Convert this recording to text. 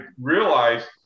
realized